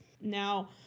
Now